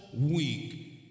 week